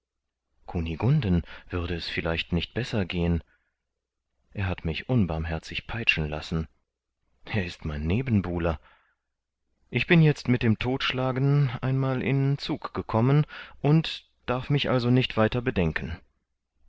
kunigunden würde es vielleicht nicht besser gehen er hat mich unbarmherzig peitschen lassen er ist mein nebenbuhler ich bin jetzt mit dem todtschlagen einmal in zug gekommen und darf mich also nicht weiter bedenken